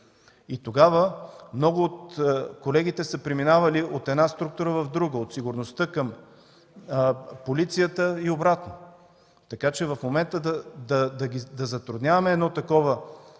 Тогава много от колегите са преминавали от една структура в друга – от сигурността към полицията, и обратно. Така че в момента да затрудняваме едно такова